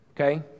okay